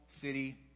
city